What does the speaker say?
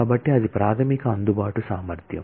కాబట్టి అది ప్రాథమిక అందుబాటు సామర్ధ్యం